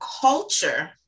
culture